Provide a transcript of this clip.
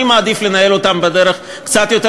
אני מעדיף לנהל אותם בדרך קצת יותר